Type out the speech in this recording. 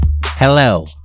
Hello